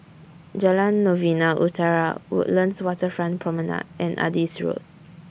Jalan Novena Utara Woodlands Waterfront Promenade and Adis Road